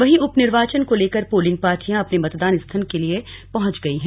वहीं उप निर्वाचन को लेकर पोलिंग पार्टियां अपने मतदान स्थल के लिए पहुंच गई हैं